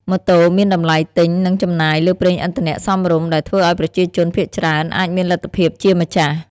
ម៉ូតូមាន តម្លៃទិញ និងចំណាយលើប្រេងឥន្ធនៈ សមរម្យ ដែលធ្វើឱ្យប្រជាជនភាគច្រើនអាចមានលទ្ធភាពជាម្ចាស់ ។